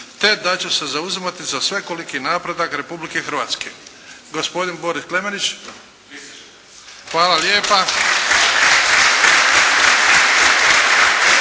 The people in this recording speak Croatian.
te da ću se zauzimati za svekoliki napredak Republike Hrvatske". Gospodin Boris Klemenić. **Klemenić,